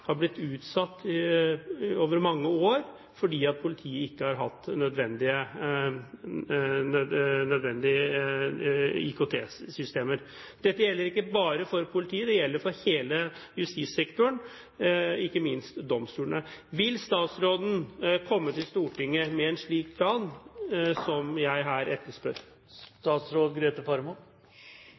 er blitt utsatt over mange år fordi politiet ikke har hatt nødvendige IKT-systemer. Dette gjelder ikke bare for politiet, det gjelder for hele justissektoren, ikke minst domstolene. Vil statsråden komme til Stortinget med en slik plan som jeg her etterspør?